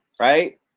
right